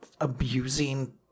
abusing